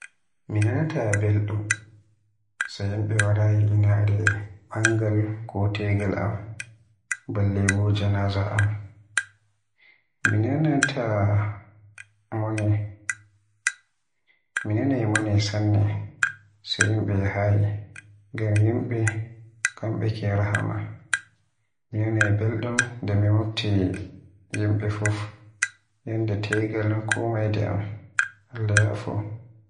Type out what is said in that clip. Mi nanata beldum so yimbe waraayi inaare bangal ko tegal am, balle bo janaza am. Mi nanaay Mone sanne, so yimbe yahayi, ngam yimbe kambe ke rahama. Mi nanaay beldum nde mi mofti yimbe fuf yande tegal ko mayde am. Allah yaafan.